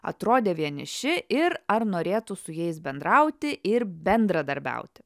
atrodė vieniši ir ar norėtų su jais bendrauti ir bendradarbiauti